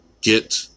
get